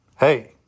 Hey